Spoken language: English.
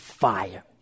fire